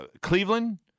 Cleveland